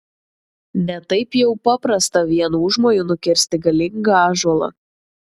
ne taip jau paprasta vienu užmoju nukirsti galingą ąžuolą